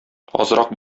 азрак